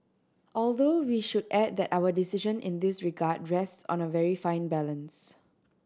although we should add that our decision in this regard rest on a very fine balance